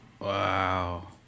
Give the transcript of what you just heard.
Wow